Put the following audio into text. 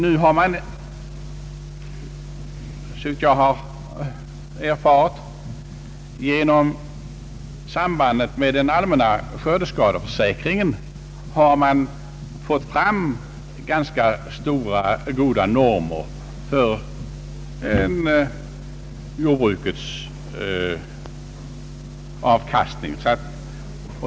Nu har man, enligt vad jag erfarit, genom sambandet med den allmänna Sskördeskadeförsäkringen fått fram ganska goda normer för jordbrukets avkastning.